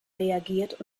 reagiert